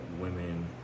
women